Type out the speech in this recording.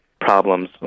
problems